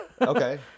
Okay